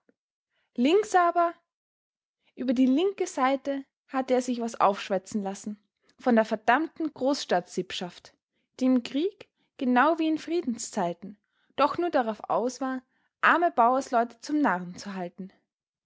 links aber über die linke seite hatte er sich was aufschwätzen lassen von der verdammten großstadtsippschaft die im krieg genau wie in friedenszeiten doch nur darauf aus war arme bauersleute zum narren zu halten